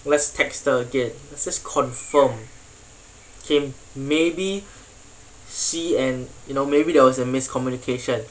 let's text her again let's confirm K maybe she and you know maybe there was a miscommunication